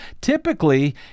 Typically